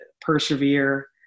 persevere